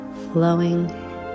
Flowing